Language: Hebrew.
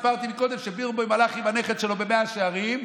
סיפרתי מקודם שבירנבוים הלך עם הנכד שלו במאה שערים,